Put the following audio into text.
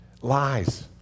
Lies